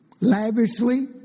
lavishly